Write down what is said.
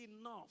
enough